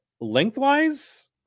lengthwise